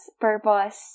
purpose